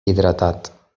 hidratat